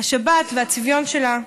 השבת והצביון שלה,